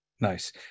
Nice